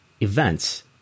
events